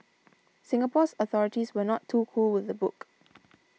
Singapore's authorities were not too cool with the book